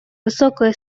високою